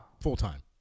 Full-time